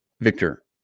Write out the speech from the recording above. Victor